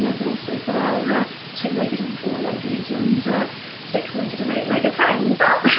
and but also for our ah two legged and four legged and six legged and eight legged friends out